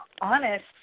honest